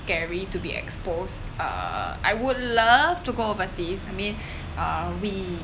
scary to be exposed uh I would love to go overseas I mean uh we